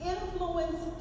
Influence